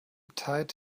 tied